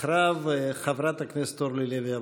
אחריו, חברת הכנסת אורלי לוי אבקסיס.